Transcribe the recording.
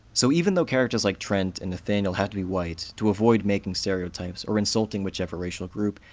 so even though characters like trent and nathaniel have to be white to avoid making stereotypes or insulting whichever racial group,